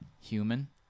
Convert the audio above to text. Human